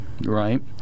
Right